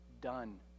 done